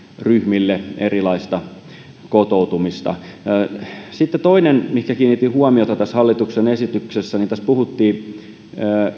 ryhmille erilaista kototutumista sitten toinen asia mihin kiinnitin huomiota tässä hallituksen esityksessä tässä puhuttiin